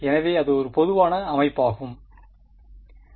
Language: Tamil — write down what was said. எனவே அது பொதுவான அமைப்பாக இருந்தது